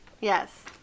Yes